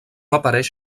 apareix